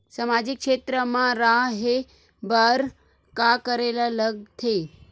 सामाजिक क्षेत्र मा रा हे बार का करे ला लग थे